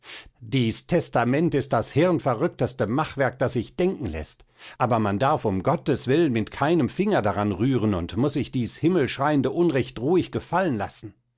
dies testament ist das hirnverrückteste machwerk das sich denken läßt aber man darf um gottes willen mit keinem finger daran rühren und muß sich dies himmelschreiende unrecht ruhig gefallen lassen